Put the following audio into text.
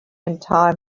entire